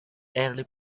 early